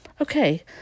Okay